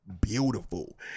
beautiful